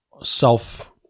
self